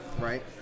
Right